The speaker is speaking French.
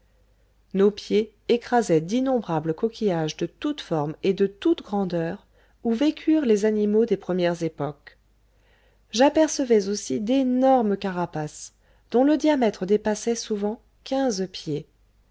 nos pieds écrasaient d'innombrables coquillages de toutes formes et de toutes grandeurs où vécurent les animaux des premières époques j'apercevais aussi d'énormes carapaces dont le diamètre dépassait souvent quinze pieds